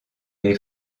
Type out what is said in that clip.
les